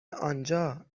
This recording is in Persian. آنجا